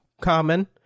common